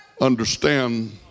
understand